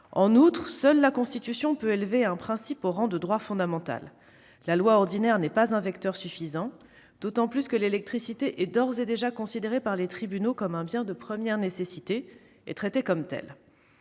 En outre, seule la Constitution peut élever un principe au rang de droit fondamental. La loi ordinaire n'est pas un vecteur suffisant, d'autant plus que l'électricité est d'ores et déjà considérée par les tribunaux comme un bien de première nécessité. Enfin, la